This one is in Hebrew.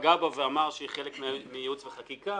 שפגע בה ואמר שהיא חלק מייעוץ וחקיקה